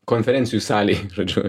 konferencijų salėj žodžiu